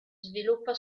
sviluppa